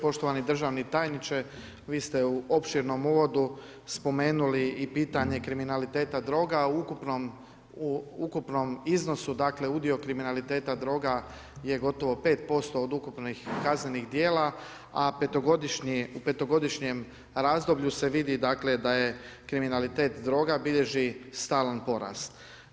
Poštovani državni tajniče vi ste u opširnom uvodu spomenuli i pitanje kriminaliteta droga u ukupnom iznosu dakle udio kriminaliteta droga je gotovo 5% od ukupnih kaznenih djela a u petogodišnjem razdoblju se vidi dakle da je, kriminalitet droga bilježi stalan porast.